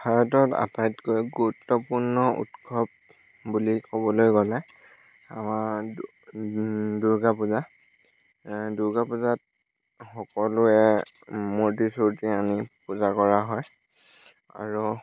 ভাৰতত আটাইতকৈ গুৰুত্বপূৰ্ণ উৎসৱ বুলি ক'বলৈ গ'লে আমাৰ দু দুৰ্গা পূজা দুৰ্গা পূজাত সকলোৱে মুৰ্তি চুৰ্তি আনি পূজা কৰা হয় আৰু